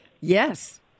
Yes